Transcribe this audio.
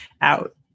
out